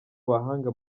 bahanga